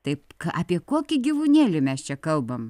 taip apie kokį gyvūnėlį mes čia kalbam